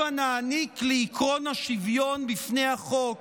הבה נעניק לעקרון השוויון בפני החוק